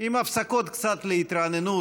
ועם הפסקות קצת להתרעננות,